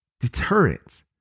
Deterrent